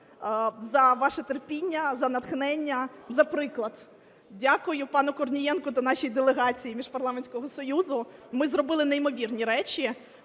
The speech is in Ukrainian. за ваше терпіння, за натхнення, за приклад. Дякую пану Корнієнку та нашій делегації Міжпарламентського союзу. Ми зробили неймовірні речі